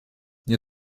nie